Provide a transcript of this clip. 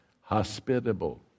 Hospitable